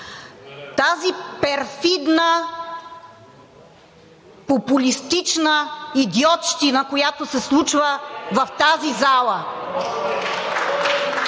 тази перфидна популистична идиотщина, която се случва в тази зала.